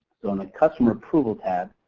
so on the customer approval tab,